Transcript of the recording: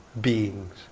beings